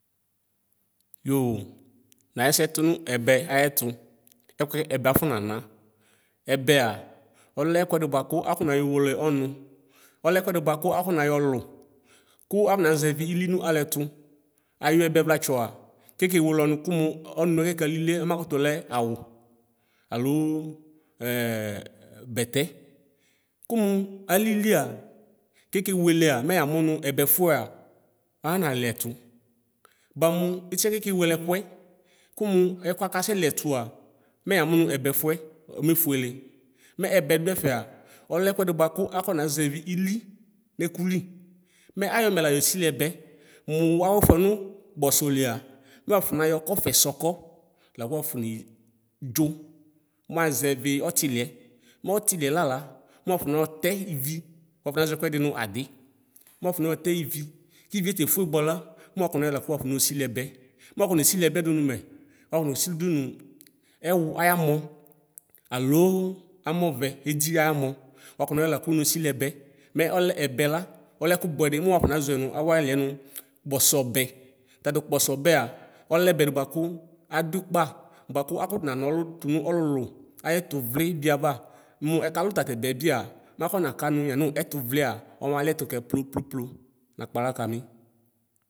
Yo naxɛsɛ tʋnʋ ɛbɛ ayɛtʋ ɛkʋɛ ɛbɛ akɔnana ɛbɛa ɔlɛ ɛkʋɛdi bʋakʋ akɔ nayɔ wele ɔnʋ ɔlɛ ɛkʋɛdi bʋakʋ akɔnayɔlʋ kʋ akɔnazɛvi ili nalʋɛtʋ ayɔ ɛbevlatsɔa keke wele ɔnʋ kʋmʋ ɔnʋɛ kɛka lili ɔmakʋlɛ awʋ alo bɛtɛ kʋ mʋ alilia kekewelea mɛ yamʋ nʋ ɛbɛfʋɛa analiɛtʋ bʋamʋ itiɛ kekewele ɛkʋɛ kʋmʋ ɛkʋɛ kasʋ liɛtʋa mɛ yamʋ nʋ ɛbɛfʋɛ mefʋele mɛ ɛbɛ dʋɛfɛa ɔlɛ ɛkʋɛdi bʋakʋ afɔnazɛvi ili nɛkʋli mɛ ayɔ mɛ la nesili ɛbɛ mʋ awʋfʋɛ nʋ kpɔsɔ lia mɛ wafɔnayɔ kɔfɛsɔlɔ lakʋ wafɔnedzo mazɛvi ɔtiliɛ mɛ ɔtiliɛ lala mʋ wafɔnatɛ ivi wafɔnazɔ ɛkʋɛdi nʋ adi mʋ wafɔnɔtɛ ivi kivie tefʋe bʋala mʋ wakɔ nesili dʋnʋ ɛwʋ ayamɔ alo amɔvɛ edi ayamɔ wakɔna yɛla kʋnosili ɛbɛ mɛ ɔlɛ ɛbɛla ɛkʋbʋɛ di mʋ wakɔnazɔɛ nawo aliɛ kpɔsɔbɛ tatʋ kpɔsɔbɛa ɔlɛ ɛbɛ di bʋakʋ aduikpa bʋakʋ akʋtʋ nana ɔlʋ tʋnʋ ɔlʋlʋ ayɛ tʋvli ava mʋ ɛkalʋ tatɛbɛ bia mafɔ nakanʋ yanʋ ɛtʋvlia ɔma liɛtʋ kɛ ploploplo nakpaɣla kani.